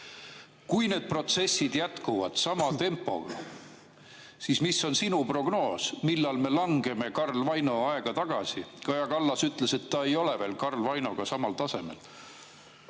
Kui need protsessid jätkuvad sama tempoga, siis mis on sinu prognoos, millal me langeme Karl Vaino aega tagasi? Kaja Kallas ütles, et ta ei ole veel Karl Vainoga samal tasemel.